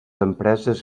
empreses